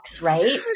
right